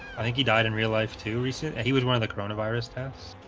i think he died in real life to resit and he was one of the coronavirus test